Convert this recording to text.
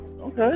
Okay